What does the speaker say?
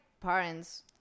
parents